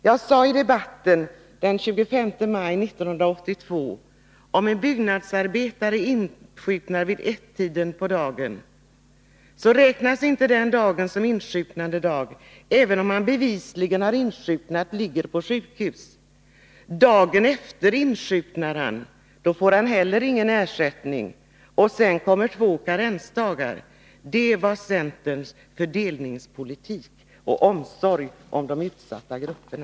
Jag sade i debatten den 26 maj 1982, att om en byggnadsarbetare insjuknar vid ettiden på dagen, så räknas inte den dagen som insjuknandedag, även om han bevisligen har insjuknat och ligger på sjukhus. Dagen efter räknas som insjuknandedag. Då får han heller ingen ersättning. Sedan kommer två karensdagar. Det var centerns fördelningspolitik och omsorg om de utsatta grupperna.